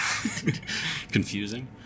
Confusing